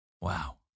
Wow